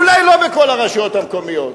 אולי לא בכל הרשויות המקומיות,